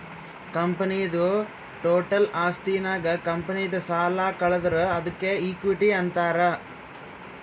ಕಂಪನಿದು ಟೋಟಲ್ ಆಸ್ತಿನಾಗ್ ಕಂಪನಿದು ಸಾಲ ಕಳದುರ್ ಅದ್ಕೆ ಇಕ್ವಿಟಿ ಅಂತಾರ್